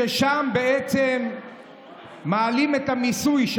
ששם בעצם מעלים את המיסוי.